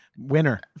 Winner